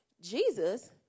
Jesus